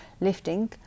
lifting